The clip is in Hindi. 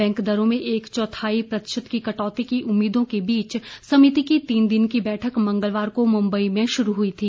बैंक दरों में एक चौथाई प्रतिशत की कटौती की उम्मीदों के बीच समिति की तीन दिन की बैठक मंगलवार को मुम्बई में शुरू हुई थी